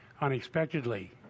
unexpectedly